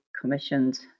commissions